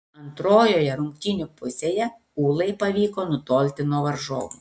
antrojoje rungtynių pusėje ūlai pavyko nutolti nuo varžovų